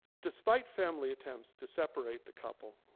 despite family attempts to separate the couple,